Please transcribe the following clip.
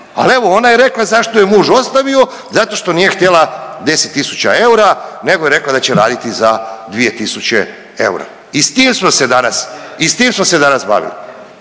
ali evo ona je rekla zašto ju je muž ostavio, zato što nije htjela 10 tisuća eura nego je rekla da će raditi za 2 tisuće eura i s tim smo se danas, i